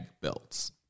belts